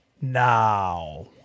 now